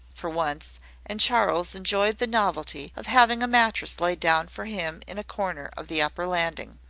for once and charles enjoyed the novelty of having a mattress laid down for him in a corner of the upper landing.